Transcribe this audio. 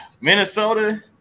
Minnesota